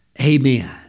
amen